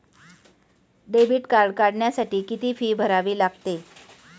Debit card काढण्यासाठी किती fee भरावी लागते?